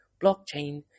blockchain